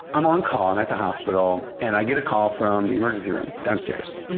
i'm on call. i'm at the hospital, and i get a call from the emergency room downstairs.